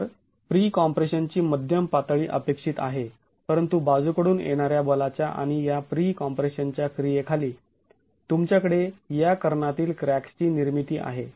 तर pre compression ची मध्यम पातळी अपेक्षित आहे परंतु बाजूकडून येणाऱ्या बलाच्या आणि या प्री कॉम्प्रेशन च्या क्रिये खाली तुमच्याकडे या कर्णातील क्रॅक्स् ची निर्मिती आहे